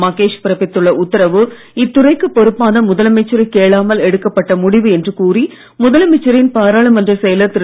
மகேஷ் பிறப்பத்துள்ள உத்தரவு இத்துறைக்கு பொறுப்பான முதலமைச்சரைக் கேளாமல் எடுக்கப்பட்ட முடிவு என்று கூறி முதலமைச்சரின் பாராளுமன்றச் செயலர் திரு